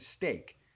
mistake